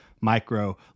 micro